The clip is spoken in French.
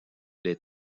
les